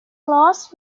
last